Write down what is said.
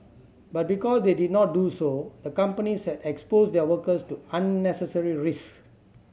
but because they did not do so the companies had exposed their workers to unnecessary risk